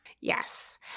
yes